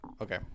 Okay